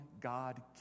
God